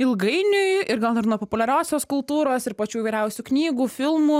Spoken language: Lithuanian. ilgainiui ir gal ir nuo populiariosios kultūros ir pačių įvairiausių knygų filmų